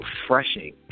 refreshing